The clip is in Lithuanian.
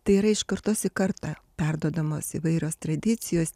tai yra iš kartos į kartą perduodamos įvairios tradicijos